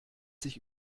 sich